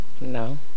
No